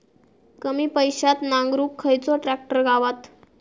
कमी पैशात नांगरुक खयचो ट्रॅक्टर गावात?